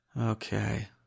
Okay